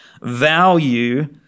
value